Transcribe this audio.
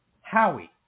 Howie